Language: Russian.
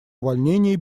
увольнении